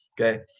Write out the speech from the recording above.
Okay